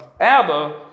Abba